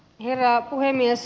herra puhemies